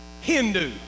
Hindu